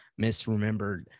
misremembered